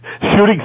shooting